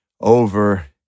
over